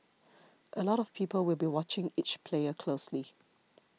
a lot of people will be watching each player closely